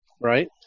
Right